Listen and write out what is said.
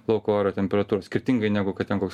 lauko oro temperatūrą skirtingai negu kad ten koks